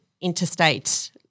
interstate